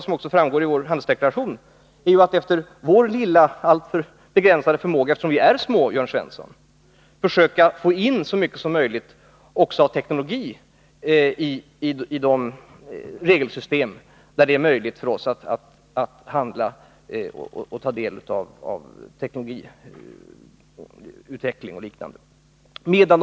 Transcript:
Såsom framgår i vår handelsdeklaration arbetar vi efter vår lilla förmåga — för vi är små, Jörn Svensson — för att få in så mycket som möjligt av teknologi i de regelsystem där vi kan handla och ta del av teknologiutvecklingen.